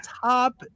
top